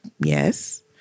Yes